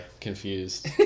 confused